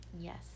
Yes